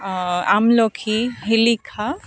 আমলখি শিলিখা